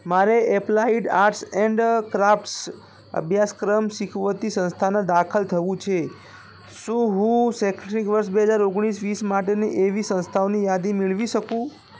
મારે applied arts and crafts અભ્યાસક્રમ શીખવતી સંસ્થાના દાખલ થવું છે શું હું શૈક્ષણિક વર્ષ બે હજાર ઓગણીસ વીસ માટેની એવી સંસ્થાઓની યાદી મેળવી શકું